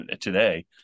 today